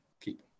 keep